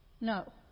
no